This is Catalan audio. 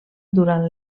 durant